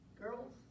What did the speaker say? girls